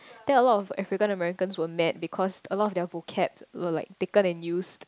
there are a lot of African and Americans will naked because a lot of their vocab look like taken and used